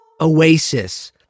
oasis